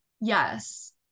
Yes